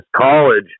college